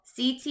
CT